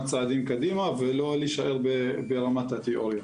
צעדים קדימה ולא להישאר ברמת התיאוריה.